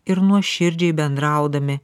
ir nuoširdžiai bendraudami